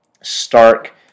stark